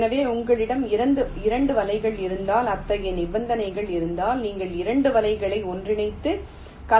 எனவே உங்களிடம் 2 வலைகள் இருந்தால் அத்தகைய நிபந்தனைகள் இருந்தால் நீங்கள் 2 வலைகளை ஒன்றிணைத்து கலப்பு வலையை உருவாக்கலாம்